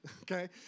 Okay